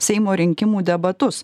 seimo rinkimų debatus